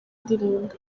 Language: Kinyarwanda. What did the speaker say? indirimbo